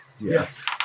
Yes